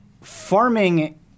farming